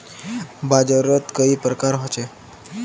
बाजार त कई प्रकार होचे?